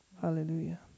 Hallelujah